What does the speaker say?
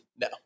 No